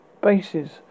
bases